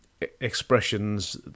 expressions